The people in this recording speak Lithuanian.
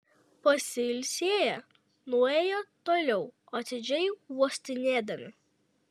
pasilsėję nuėjo toliau atidžiai uostinėdami